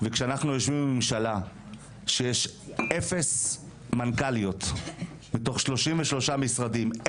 וכשאנחנו יושבים בממשלה שיש 0 מנכ"ליות מתוך 33 משרדים,